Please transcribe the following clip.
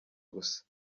gusa